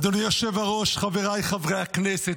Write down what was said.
אדוני היושב-ראש, חבריי חברי הכנסת.